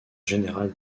général